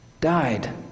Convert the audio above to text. died